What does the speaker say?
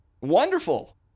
wonderful